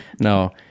No